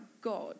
God